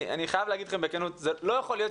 אני חייב לומר לכם בכנות שלא יכול להיות